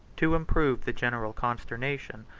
to improve the general consternation,